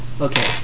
Okay